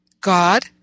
God